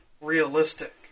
Realistic